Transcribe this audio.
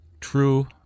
true